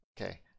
okay